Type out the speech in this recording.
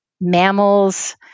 mammals